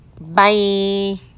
Bye